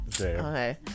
Okay